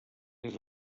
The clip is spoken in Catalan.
des